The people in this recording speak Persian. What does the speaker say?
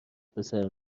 پسر